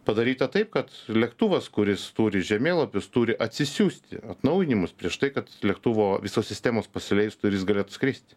padaryta taip kad lėktuvas kuris turi žemėlapis turi atsisiųsti atnaujinimus prieš tai kad lėktuvo visos sistemos pasileistų ir jis galėtų skristi